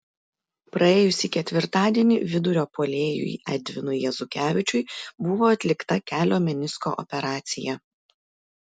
praėjusį ketvirtadienį vidurio puolėjui edvinui jezukevičiui buvo atlikta kelio menisko operacija